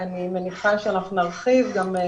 נשמח לקבל את זה.